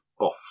Off